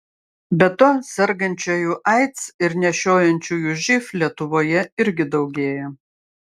be to sergančiųjų aids ir nešiojančiųjų živ lietuvoje irgi daugėja